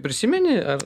prisimeni ar